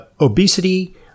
obesity